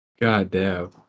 Goddamn